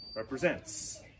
Represents